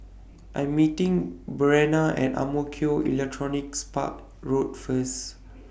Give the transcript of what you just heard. I'm meeting Breanna At Ang Mo Kio Electronics Park Road First